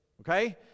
okay